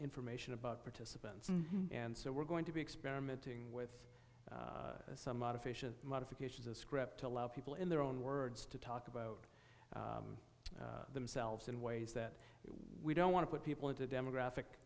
information about participants and so we're going to be experimenting with some modification modifications a script to allow people in their own words to talk about themselves in ways that we don't want to put people into demographic